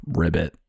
ribbit